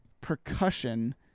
percussion